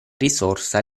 risorsa